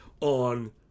on